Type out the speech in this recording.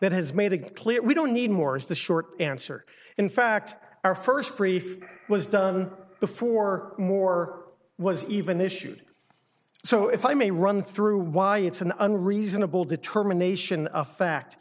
that has made it clear we don't need more as the short answer in fact our first brief was done before moore was even issued so if i may run through why it's an unreasonable determination of fact